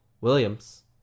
Williams